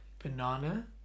Banana